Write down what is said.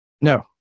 No